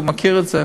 הוא מכיר את זה.